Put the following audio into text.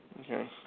Okay